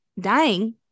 dying